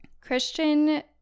Christian